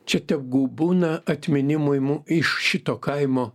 čia tegu būna atminimui mu iš šito kaimo